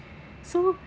so